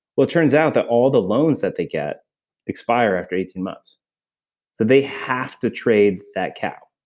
well, it turns out that all the loans that they get expire after eighteen months. so they have to trade that cow.